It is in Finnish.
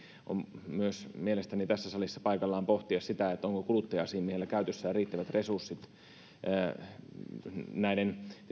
on mielestäni tässä salissa paikallaan pohtia myös sitä onko kuluttaja asiamiehellä käytössään riittävät resurssit tietysti näiden